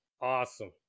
awesome